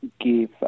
give